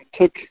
took